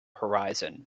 horizon